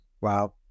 Wow